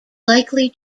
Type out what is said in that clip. likely